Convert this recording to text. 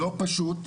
לא פשוט,